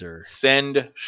send